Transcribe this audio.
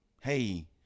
hey